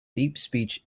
deepspeech